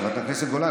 חברת הכנסת גולן.